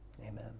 Amen